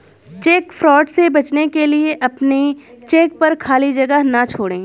check fraud से बचने के लिए अपने चेक पर खाली जगह ना छोड़ें